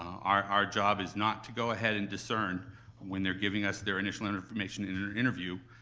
our our job is not to go ahead and discern when they're giving us their initial information in an interview,